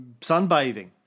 sunbathing